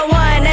one